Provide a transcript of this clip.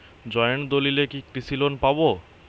Joint দলিলে কি কৃষি লোন পাব?